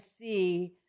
see